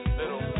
little